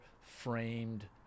framed